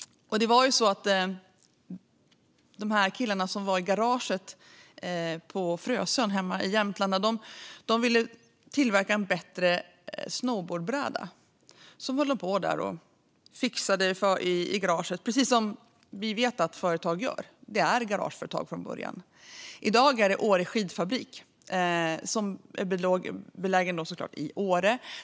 Jag tänker på de här killarna som var i garaget på Frösön hemma i Jämtland och ville tillverka en bättre snowboard. De höll på där och fixade i garaget, precis som vi vet att företag gör. Det är garageföretag från början. I dag är detta Åre skidfabrik, som såklart är belägen i Åre.